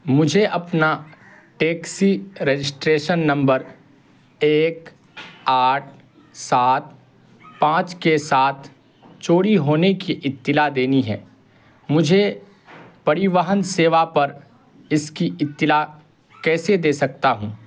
مجھے اپنا taxi registration number ایک آٹھ سات پانچ کے ساتھ چوری ہونے کی اطلاع دینی ہے مجھے پریوہن سیوا پر اس کی اطلاع کیسے دے سکتا ہوں